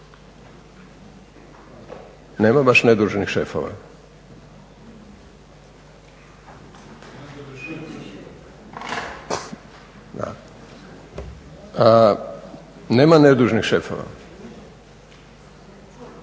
nema baš nedužnih šefova. Nema nedužnih šefova.